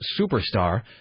Superstar